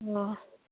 अ'